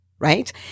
right